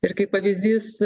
ir kaip pavyzdys